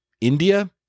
India